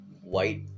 white